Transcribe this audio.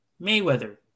Mayweather